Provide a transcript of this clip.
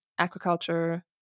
aquaculture